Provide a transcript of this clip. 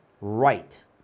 right